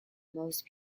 most